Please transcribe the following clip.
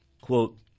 Quote